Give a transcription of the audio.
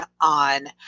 on